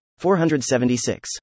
476